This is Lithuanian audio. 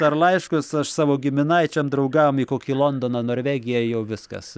ar laiškus aš savo giminaičiam draugam į kokį londoną norvegiją jau viskas